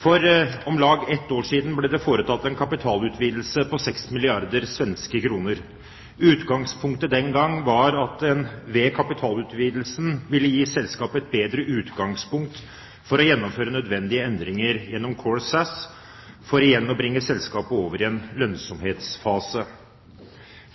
For om lag et år siden ble det foretatt en kapitalutvidelse på 6 milliarder svenske kroner. Utgangspunktet den gang var at kapitalutvidelsen ville gi selskapet et bedre utgangspunkt for å gjennomføre nødvendige endringer gjennom Core SAS, for igjen å bringe selskapet over i en lønnsomhetsfase.